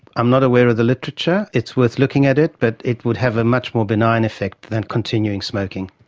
i'm not aware of the literature. it's worth looking at it, but it would have a much more benign effect than continuing smoking.